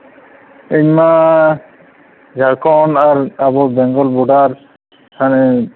ᱤᱧ ᱢᱟ ᱡᱷᱟᱲᱠᱷᱚᱸᱰ ᱟᱨ ᱟᱵᱚ ᱵᱮᱝᱜᱚᱞ ᱵᱳᱰᱟᱨ ᱦᱟᱱᱮ